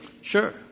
Sure